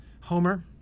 Homer